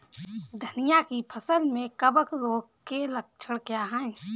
धनिया की फसल में कवक रोग के लक्षण क्या है?